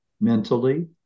mentally